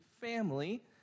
family